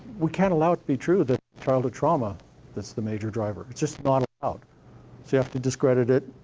we can't allow it to be true that childhood trauma that's the major driver. it's just not allowed. so you have to discredit it.